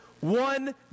one